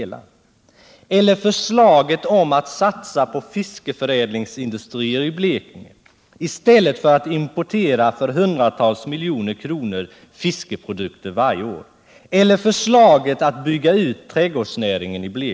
Och jag har väldigt svårt att förstå varför man inte kan acceptera förslaget om att satsa på fiskeförädlingsindustrier i Blekinge i stället för att importera för hundratals miljoner kronor fiskeprodukter varje år, eller förslaget om att bygga ut trädgårdsnäringen i Blekinge.